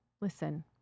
listen